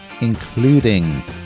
including